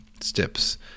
steps